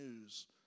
news